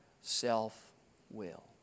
self-will